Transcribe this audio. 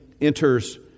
enters